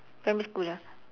primary school ah